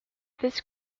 this